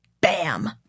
bam